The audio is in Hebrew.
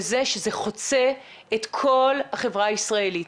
וזה שזה חוצה את כל החברה הישראלית.